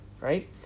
right